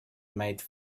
made